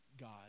God